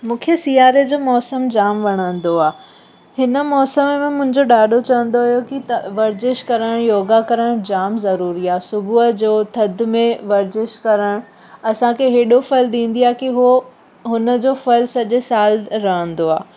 मूंखे सियारे जो मौसमु जामु वणंदो आहे हिन मौसमु में मुंहिंजो ॾाॾो चवंदो हुयो की त वर्ज़िश करणु योगा करणु जामु ज़रूरी आहे सुबुह जो थधि में वर्ज़िश करणु असांखे एॾो फल ॾींदी आहे की हो हुनजो फलु सॼे सालु रहंदो आहे